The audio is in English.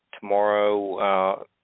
tomorrow